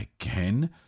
again